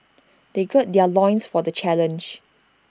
they gird their loins for the challenge